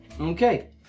Okay